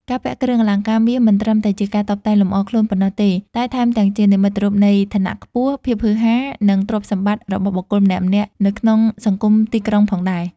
ការពាក់គ្រឿងអលង្ការមាសមិនត្រឹមតែជាការតុបតែងលម្អខ្លួនប៉ុណ្ណោះទេ តែថែមទាំងជានិមិត្តរូបនៃឋានៈខ្ពស់ ភាពហ៊ឺហា និងទ្រព្យសម្បត្តិរបស់បុគ្គលម្នាក់ៗនៅក្នុងសង្គមទីក្រុងផងដែរ។